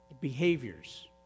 behaviors